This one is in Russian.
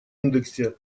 индексе